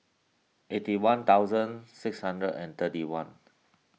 eighty one thousand six hundred and thirty one